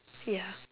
ya